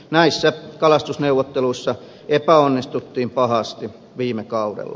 näissä kalastusneuvotteluissa epäonnistuttiin pahasti viime kaudella